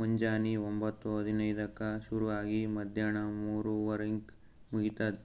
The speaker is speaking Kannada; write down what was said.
ಮುಂಜಾನಿ ಒಂಬತ್ತು ಹದಿನೈದಕ್ಕ ಶುರು ಆಗಿ ಮದ್ಯಾಣ ಮೂರುವರಿಗ್ ಮುಗಿತದ್